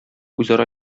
үзара